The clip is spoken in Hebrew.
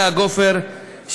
לאה גופר,